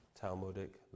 Talmudic